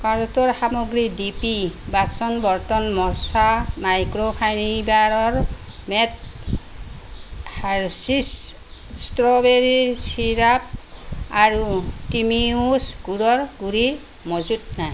কাৰ্টৰ সামগ্ৰী ডিপি বাচন বৰ্তন মচা মাইক্ৰ'ফাইবাৰৰ মেট হাৰ্সীছ ষ্ট্ৰবেৰী ছিৰাপ আৰু টিমিওছ গুড়ৰ গুড়ি মজুত নাই